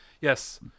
yes